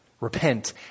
repent